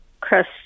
Chris